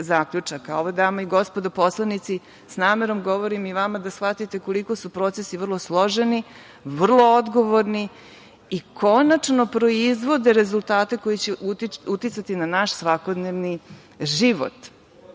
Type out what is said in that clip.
dame i gospodo poslanici, s namerom govorim i vama da shvatite koliko su procesu vrlo složeni, vrlo odgovorni i konačno proizvode rezultate koji će uticati na naš svakodnevni život.